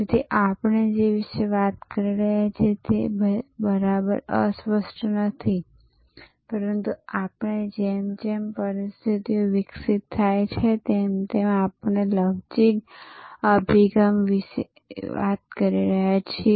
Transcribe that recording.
તેથી આપણે જે વિશે વાત કરી રહ્યા છીએ તે બરાબર અસ્પષ્ટ નથી પરંતુ આપણે જેમ જેમ પરિસ્થિતિઓ વિકસિત થાય છે તેમ તેમ આપણે લવચીક અભિગમ વિશે વાત કરી રહ્યા છીએ